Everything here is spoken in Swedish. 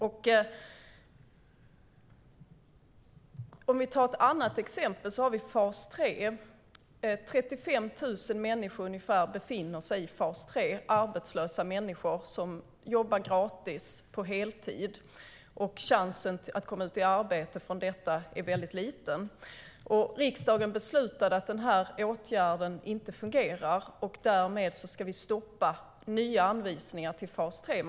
Jag kan nämna fas 3 som ett annat exempel. Ungefär 35 000 människor befinner sig i fas 3. Det är arbetslösa människor som jobbar gratis på heltid. Chansen att komma ut i arbete från fas 3 är mycket liten. Riksdagen beslutade att denna åtgärd inte fungerar. Därmed ska nya anvisningar till fas 3 stoppas.